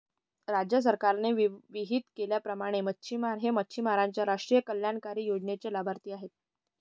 राज्य सरकारने विहित केल्याप्रमाणे मच्छिमार हे मच्छिमारांच्या राष्ट्रीय कल्याणकारी योजनेचे लाभार्थी आहेत